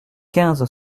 quinze